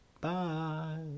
Bye